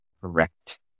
correct